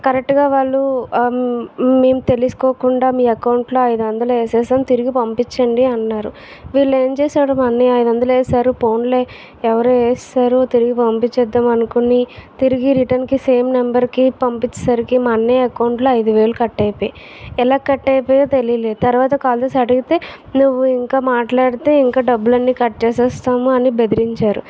కరెక్ట్గా వాళ్ళు మేము తెలుసుకోకుండా మీ అకౌంట్లో ఐదు వందలు వేసేసాం తిరిగి పంపించండి అన్నారు వీళ్ళు ఏం చేశాడు మా అన్నయ్య ఐదు వందలు వేసేశారు పోనీలే ఎవరో వేసేశారు తిరిగి పంపించేద్దాం అనుకొని తిరిగి రిటర్న్కి సేమ్ నెంబర్కి పంపించేసరికి మా అన్నయ్య అకౌంట్లో ఐదు వేలు కట్ అయిపోయి ఎలా కట్ అయిపోయయి తెలియలేదు తర్వాత కాల్ చేస్తే అడిగితే నువ్వు ఇంకా మాట్లాడితే ఇంకా డబ్బులు అన్ని కట్ చేసేస్తాము అని బెదిరించారు